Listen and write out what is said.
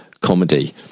comedy